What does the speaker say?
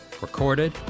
recorded